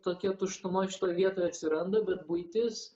tokia tuštuma šitoj vietoj atsiranda bet buitis